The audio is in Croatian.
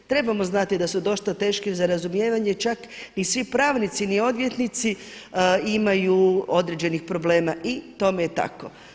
Trebamo znati da su dosta teški za razumijevanje, čak ni svi pravnici ni odvjetnici imaju određenih problema i tome je tako.